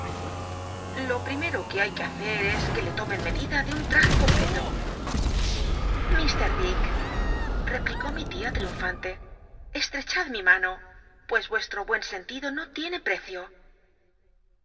o lo pl'imeto que hay que hacer es que le l men medida de un traje completo mr dick replicó mi tia triunfante esl lad mi mano pues ucsto buen sentido no tiene precio